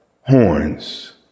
horns